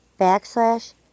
backslash